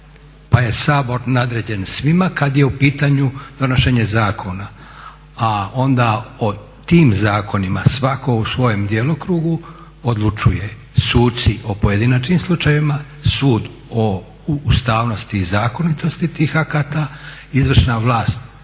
pa je Sabor nadređen svima kada je u pitanju donošenje zakona, a onda o tim zakonima svako u svojem djelokrugu odlučuje. Suci o pojedinačnim slučajevima, sud o ustavnosti i zakonitosti tih akata, izvršna vlast